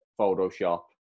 Photoshop